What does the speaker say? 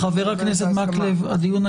צריך לקבל את ההסכמה.